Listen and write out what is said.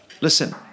listen